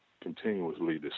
continuously